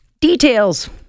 details